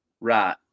Right